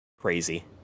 crazy